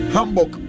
Hamburg